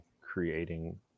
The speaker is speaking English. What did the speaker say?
creating